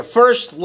first